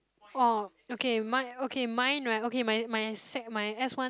orh okay mine okay mine right okay my my sec my S one